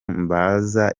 mbaza